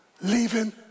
leaving